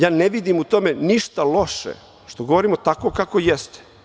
Ja ne vidim u tome ništa loše što govorimo tako kako jeste.